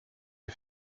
der